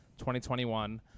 2021